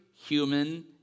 human